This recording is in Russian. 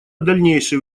дальнейшее